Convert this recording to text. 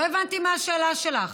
לא הבנתי מה השאלה שלך.